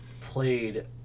played